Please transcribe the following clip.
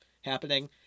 happening